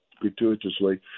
gratuitously